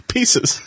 Pieces